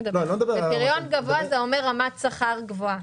פריון גבוה זה אומר רמת שכר גבוהה.